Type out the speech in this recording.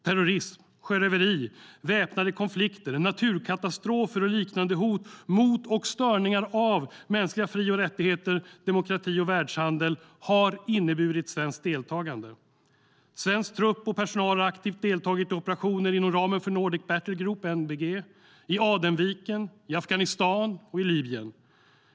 Terrorism, sjöröveri, väpnade konflikter, naturkatastrofer och liknande hot mot och störningar av mänskliga fri och rättigheter, demokrati och världshandel har inneburit svenskt deltagande. Svensk trupp och personal har aktivt deltagit i operationer inom ramen för Nordic Battlegroup, NBG, i Adenviken, i Afghanistan och i Libyen.